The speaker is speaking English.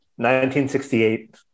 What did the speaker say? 1968